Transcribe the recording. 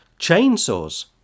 chainsaws